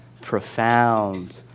profound